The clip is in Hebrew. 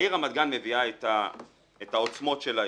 העיר רמת גן מביאה איתה את העוצמות של העיר,